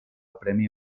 premi